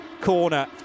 corner